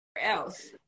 else